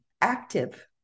active